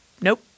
nope